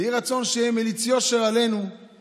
יהי רצון שיהיה מליץ יושר עלינו,